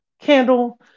candle